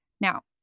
Now